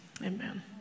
Amen